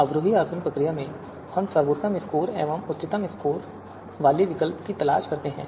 अवरोही में हम सर्वोत्तम स्कोर उच्चतम योग्यता स्कोर वाले विकल्प की तलाश करते हैं